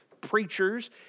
preachers